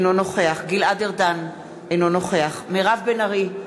אינו נוכח גלעד ארדן, אינו נוכח מירב בן ארי,